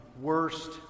worst